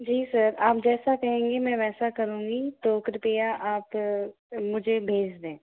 जी sir आप जैसा कहेंगे मैं वैसा करुँगी तो कृपया आप मुझे भेज दें